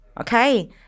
Okay